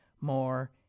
more